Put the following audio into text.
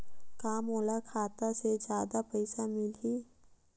का मोला खाता से जादा पईसा मिलही?